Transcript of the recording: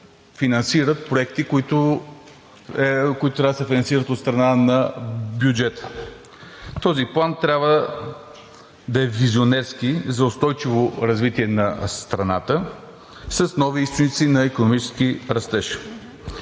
финансират проекти, които трябва да се финансират от страна на бюджета. Този план трябва да е визионерски – за устойчиво развитие на страната с нови източници на икономически растеж.